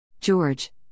George